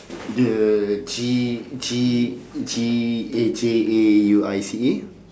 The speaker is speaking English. the G G G eh J A U I C E